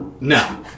no